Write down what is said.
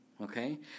Okay